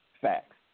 Facts